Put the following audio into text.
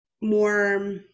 more